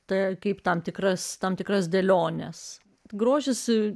taip kaip tam tikras tam tikras dėliones grožisi